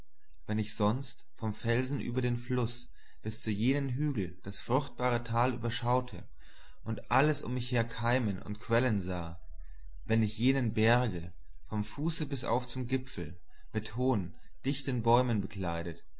wenn ich sonst vom felsen über den fluß bis zu jenen hügeln das fruchtbare tal überschaute und alles um mich her keimen und quellen sah wenn ich jene berge vom fuße bis auf zum gipfel mit hohen dichten bäumen bekleidet